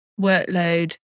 workload